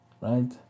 right